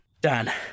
Dan